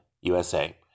USA